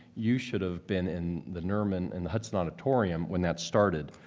you should have been in the nerman and the hudson auditorium when that started.